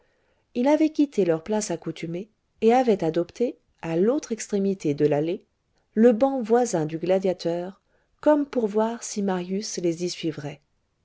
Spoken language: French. il avait quitté leur place accoutumée et avait adopté à l'autre extrémité de l'allée le banc voisin du gladiateur comme pour voir si marius les y suivrait